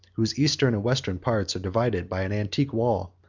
whose eastern and western parts are divided by an antique wall,